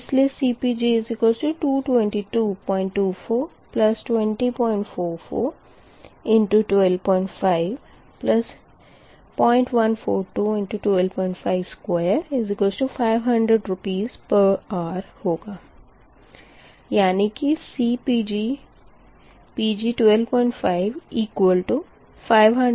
इसलिए CPg222242044×1250142×1252500 Rshr होगा यानी कि CPg125500 Rshr